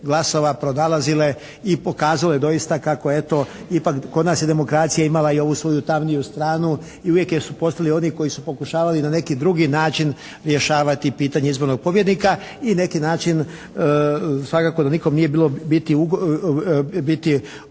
glasova pronalazile i pokazalo je doista kako eto ipak kod nas je demokracija imala i ovu svoju tamniju stranu i uvijek su postojali oni koji su pokušavali na neki drugi način rješavati pitanje izbornog pobjednika i na neki način svakako da nikom nije bilo da mu je bilo